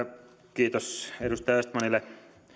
kiitos edustaja östmanille